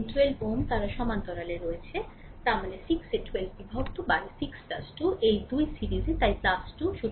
সুতরাং এই ক্ষেত্রে 6 Ω এবং 12 Ω তারা সমান্তরালে রয়েছে তার মানে 6 এ 12 বিভক্ত 6 12 এই 2 সিরিজে তাই 2